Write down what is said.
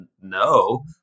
no